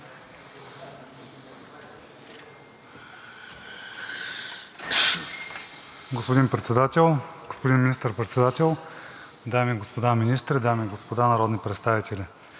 Господин Председател, господин Министър-председател, дами и господа министри, дами и господа народни представители!